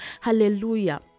hallelujah